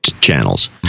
channels